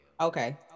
Okay